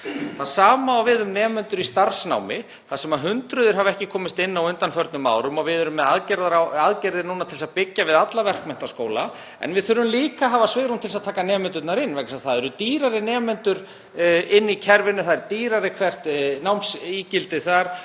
Það sama á við um nemendur í starfsnámi þar sem hundruð hafa ekki komist inn á undanförnum árum og við erum með aðgerðir núna til að byggja við alla verkmenntaskóla. En við þurfum líka að hafa svigrúm til að taka nemendur inn vegna þess að það eru dýrari nemendur í kerfinu, það er dýrara hvert námsígildi þar